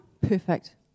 perfect